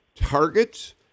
targets